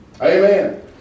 Amen